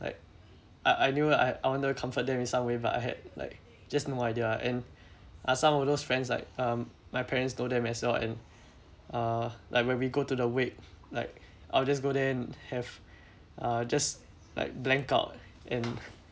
like I I knew I I want to comfort them in some way but I had like just no idea and uh some of those friends like um my parents told them as well and uh like when we go to the wake like I will just go there and have uh just like blank out and